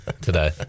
today